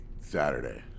Saturday